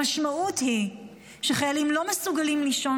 המשמעות היא שחיילים לא מסוגלים לישון